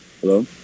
Hello